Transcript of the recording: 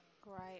great